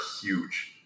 huge